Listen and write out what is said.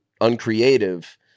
uncreative